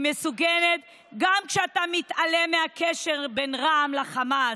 היא מסוכנת גם כשאתה מתעלם מהקשר בין רע"מ לחמאס,